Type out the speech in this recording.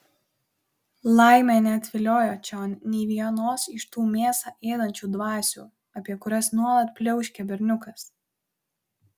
laimė neatviliojo čion nė vienos iš tų mėsą ėdančių dvasių apie kurias nuolat pliauškia berniukas